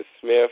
smith